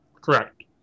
correct